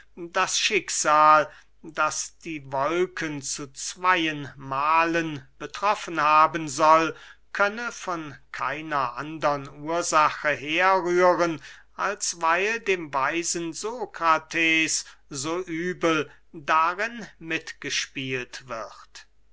das schicksal das die wolken zu zweyen mahlen betroffen haben soll könne von keiner andern ursache herrühren als weil dem weisen sokrates so übel darin mitgespielt wird